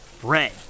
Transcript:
bread